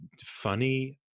funny